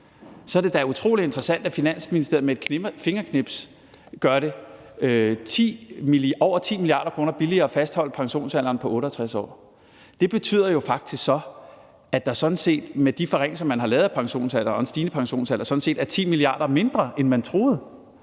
at det da er utrolig interessant, at Finansministeriet med et fingerknips gør det over 10 mia. kr. billigere at fastholde pensionsalderen på 68 år. Det betyder jo faktisk, at der med de forringelser, man har lavet af pensionen med den stigende pensionsalder, sådan set er 10 mia. kr. mindre, end man troede.